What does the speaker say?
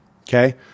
Okay